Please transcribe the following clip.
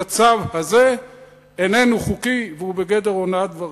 כי הצו הזה איננו חוקי והוא בגדר הונאת דברים.